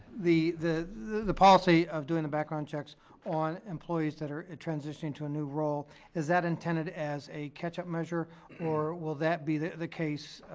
the the policy of doing the background checks on employees that are transitioning to a new role is that intended as a catch-up measure or will that be the the case